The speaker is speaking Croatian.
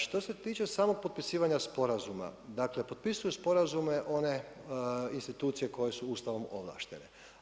Što se toče samog potpisivanja sporazuma, dakle, potpisuje sporazume one institucije koje su Ustavom ovlaštene.